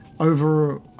over